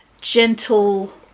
gentle